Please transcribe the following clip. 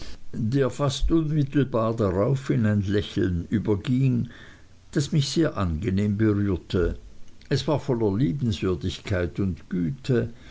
der fast unmittelbar darauf in ein lächeln überging das mich sehr angenehm berührte es war voller liebenswürdigkeit und güte